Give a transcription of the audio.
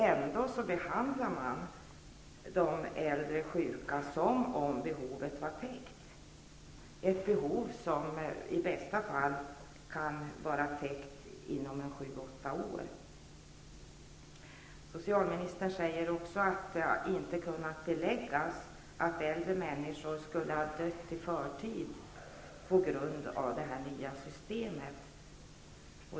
Ändå behandlar man de äldre sjuka som om behovet vore täckt, ett behov som i bästa fall kan vara täckt inom 7--8 år. Socialministern säger också att det inte har kunnat beläggas att äldre människor skulle ha dött i förtid på grund av det nya systemet.